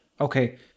Okay